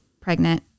pregnant